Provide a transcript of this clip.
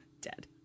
Dead